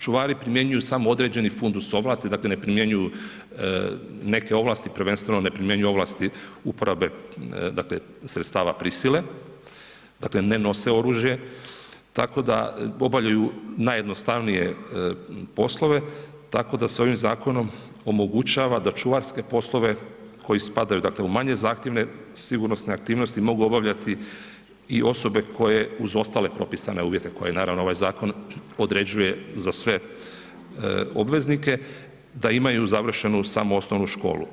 Čuvari primjenjuju samo određeni fundus ovlasti, dakle ne primjenjuju neke ovlasti prvenstveno ne primjenjuju ovlasti uporabe dakle sredstava prisile, dakle ne nose oružje tako da obavljaju naj jednostavnije poslove tako da s ovim zakonom omogućava da čuvarske poslove koji spadaju dakle u manje zahtjevne sigurnosne aktivnosti mogu obavljati i osobe koje, uz ostale propisane uvjete koje naravno ovaj određuje za sve obveznike, da imaju završenu samo osnovnu školu.